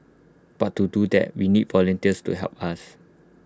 but to do that we need volunteers to help us